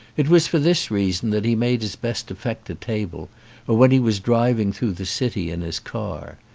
it was for this reason that he made his best effect at table or when he was driving through the city in his car.